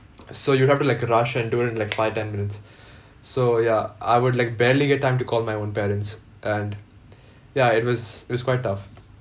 so you'd have to like rush and do it in like five ten minutes so ya I would like barely get time to call my own parents and ya it was it was quite tough